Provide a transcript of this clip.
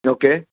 okay